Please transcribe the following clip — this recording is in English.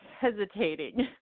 Hesitating